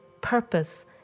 purpose